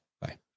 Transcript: Bye